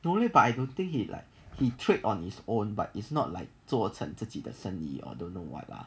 no leh but I don't think he like he trade on his own but it's not like 做成自己的生意 or don't know what lah